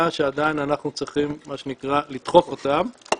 שעדיין אנחנו צריכים מה שנקרא לדחוף אותם,